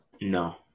No